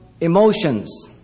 emotions